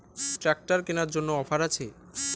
Tractor কেনার জন্য offer আছে?